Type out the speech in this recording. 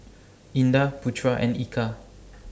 Indah Putera and Eka